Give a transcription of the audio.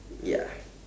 ya